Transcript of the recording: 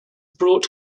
brought